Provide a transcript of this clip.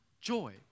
joy